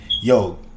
yo